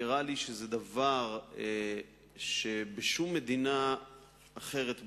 נראה לי שזה דבר ששום מדינה אחרת בעולם,